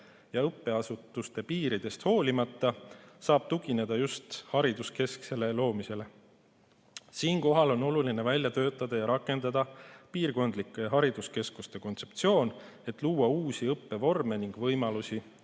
ja õppeasutuste piiridest hoolimata, saab tugineda just hariduskeskuste loomisele. Siinkohal on oluline välja töötada ja rakendada piirkondlike hariduskeskuste kontseptsiooni, et luua uusi õppevorme ning võimalusi